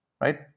right